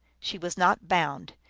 she was not bound.